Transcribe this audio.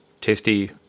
tasty